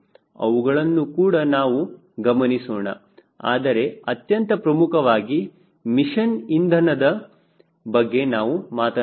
ಅವುಗಳನ್ನು ಕೂಡ ನಾವು ಗಮನಿಸೋಣ ಆದರೆ ಅತ್ಯಂತ ಪ್ರಮುಖವಾಗಿ ಮಿಷನ್ ಇಂಧನದ ಬಗ್ಗೆ ನಾವು ಮಾತನಾಡೋಣ